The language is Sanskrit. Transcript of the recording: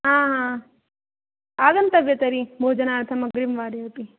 आम् आगन्तव्य तर्हि भोजनार्थंम् अग्रिमवारे अपि